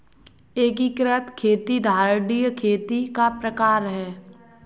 एकीकृत खेती धारणीय खेती का प्रकार है